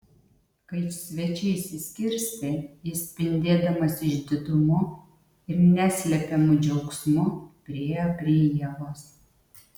kai svečiai išsiskirstė jis spindėdamas išdidumu ir neslepiamu džiaugsmu priėjo prie ievos